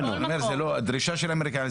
הדרישה של האמריקאים,